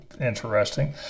interesting